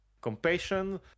compassion